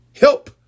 help